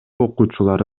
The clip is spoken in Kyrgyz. окуучулары